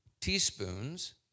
teaspoons